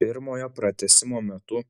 pirmojo pratęsimo metu